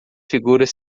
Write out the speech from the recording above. figuras